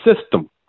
system